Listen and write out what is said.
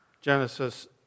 Genesis